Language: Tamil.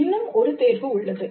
இன்னும் ஒரு தேர்வு உள்ளது